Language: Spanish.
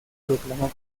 proclamó